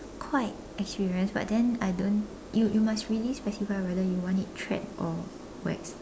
quite experienced but then I don't you you must really specify whether you want it tread or waxed